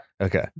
Okay